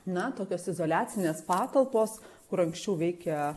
na tokios izoliacinės patalpos kur anksčiau veikė